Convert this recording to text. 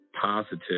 positive